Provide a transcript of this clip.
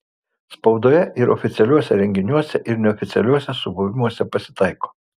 spaudoje ir oficialiuose renginiuose ir neoficialiuose subuvimuose pasitaiko